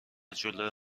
جلو